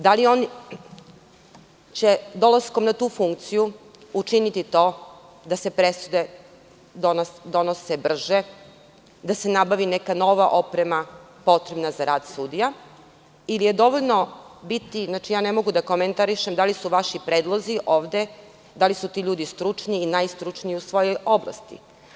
Da li će ostankom na tu funkciju učiniti to da se presude donose brže, da se nabavi neka nova oprema potrebna za rad suda ili je dovoljno biti, ne mogu da komentarišem da li su vaši predlozi ovde, da li su ti ljudi stručni i najstručniji u svojoj oblasti?